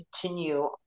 continue